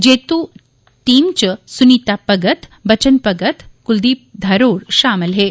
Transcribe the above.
जेतू team च सुनीता भगत बचन भगत ते कुलदीप धर होर शामल हे